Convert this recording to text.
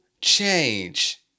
change